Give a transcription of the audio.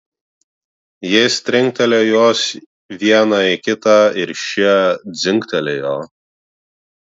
jis trinktelėjo juos vieną į kitą ir šie dzingtelėjo